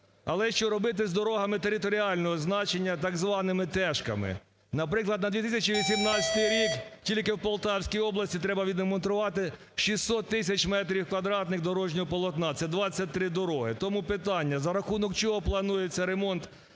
Але що робити з дорогами територіального значення, так званими "тешками". Наприклад, на 2018 рік тільки в Полтавській області треба відремонтувати 600 тисяч метрів квадратних дорожнього полотна, це 23 дороги. Тому питання: за рахунок чого планується ремонт